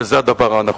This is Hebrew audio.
וזה הדבר הנכון.